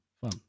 fun